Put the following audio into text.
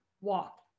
walk